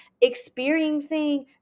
experiencing